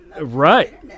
Right